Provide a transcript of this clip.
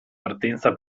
partenza